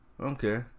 okay